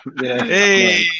Hey